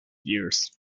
years